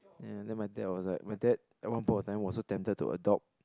ya then my dad was like my dad at one point of time was so tempted to adopt